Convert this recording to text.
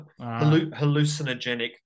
hallucinogenic